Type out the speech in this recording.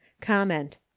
Comment